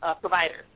providers